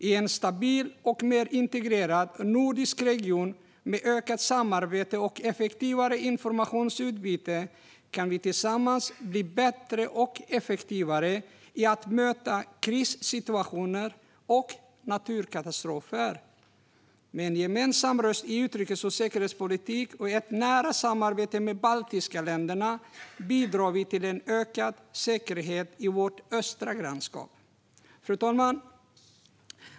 I en stabil och mer integrerad nordisk region och med ökat samarbete och effektivare informationsutbyte kan vi tillsammans bli bättre och effektivare när det gäller att möta krissituationer och naturkatastrofer. Med en gemensam röst i utrikes och säkerhetspolitik och ett nära samarbete med de baltiska länderna bidrar vi till ökad säkerhet i vårt östra grannskap. Fru talman!